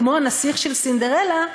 כמו הנסיך של סינדרלה,